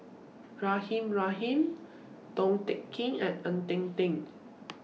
Rahimah Rahim Tong Teck Kin and Ng Eng Teng